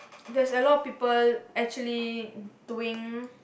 there's a lot of people actually doing